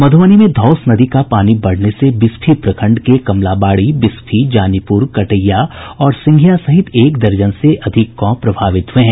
मध्ुबनी में धौंस नदी का पानी बढ़ने से बिसफी प्रखंड के कमलाबाड़ी बिसफी जानीपुर कटैया और सिंघिया सहित एक दर्जन से अधिक गांव प्रभावित हुये हैं